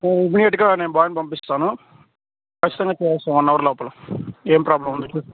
ఇమీడియట్గా నేను బాయ్ని పంపిస్తాను ఖచ్చితంగా చేస్తాం వన్ అవర్ లోపల ఏమి ప్రాబ్లం ఉండదు